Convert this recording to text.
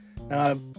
Now